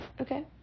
okay